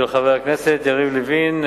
של חבר הכנסת יריב לוין,